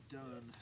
done